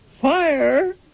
Fire